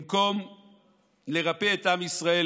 במקום לרפא את עם ישראל,